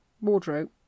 wardrobe